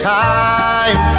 time